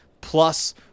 plus